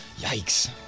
Yikes